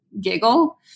giggle